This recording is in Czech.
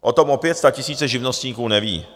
O tom opět statisíce živnostníků neví.